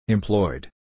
Employed